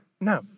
No